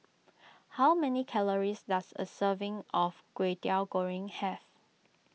how many calories does a serving of Kwetiau Goreng have